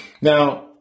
Now